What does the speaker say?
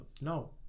no